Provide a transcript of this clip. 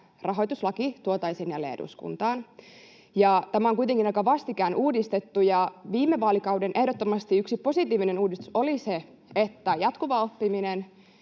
rahoituslaki tuotaisiin jälleen eduskuntaan, mutta tämä on kuitenkin aika vastikään uudistettu ja yksi viime vaalikauden ehdottomasti positiivinen uudistus oli se, että jatkuva oppiminen